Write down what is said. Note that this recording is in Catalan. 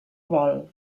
bol